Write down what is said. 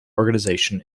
organization